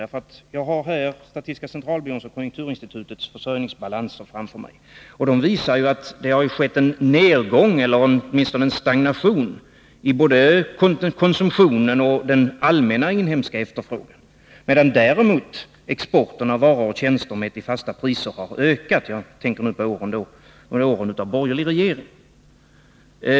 Jag har nämligen framför mig här statistiska centralbyråns och konjunkturinstitutets försörjningsbalanser, och de visar att det har skett en nedgång, eller åtminstone en stagnation, både i konsumtionen och i den allmänna inhemska efterfrågan, medan däremot exporten av varor och tjänster till fasta priser har ökat — jag tänker då på åren med borgerlig regering.